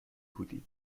بودی